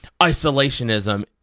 Isolationism